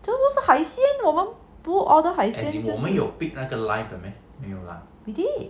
这不是海鲜我们不 order 海鲜 we did